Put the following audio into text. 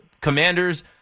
commanders